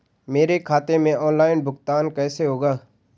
मेरे खाते में ऑनलाइन भुगतान कैसे होगा?